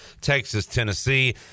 Texas-Tennessee